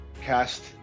cast